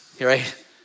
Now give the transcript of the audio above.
right